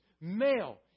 Male